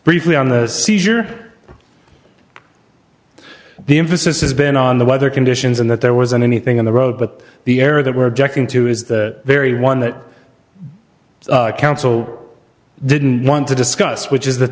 briefly on the seizure the emphasis has been on the weather conditions and that there was an anything in the road but the air that were objecting to is the very one that counsel didn't want to discuss which is that